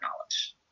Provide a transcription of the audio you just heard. knowledge